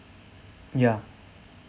ya